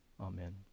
Amen